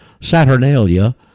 Saturnalia